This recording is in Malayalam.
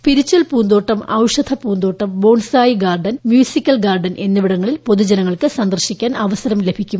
സ്പിരിചൽ പൂന്തോട്ടം ഔഷധ പൂന്തോട്ടം ബോൺസായ് ഗാർഡൻ മ്യൂസിക്കൽ ഗാർഡൻ എന്നിവിടങ്ങളിൽ പൊതുജനങ്ങൾക്ക് സന്ദർശിക്കാൻ അവസരം ലഭിക്കും